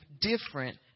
different